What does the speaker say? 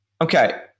Okay